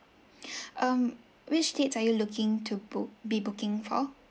um which dates are you looking to book be booking for